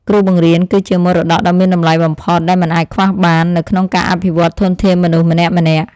គ្រូបង្រៀនគឺជាមរតកដ៏មានតម្លៃបំផុតដែលមិនអាចខ្វះបាននៅក្នុងការអភិវឌ្ឍន៍ធនធានមនុស្សម្នាក់ៗ។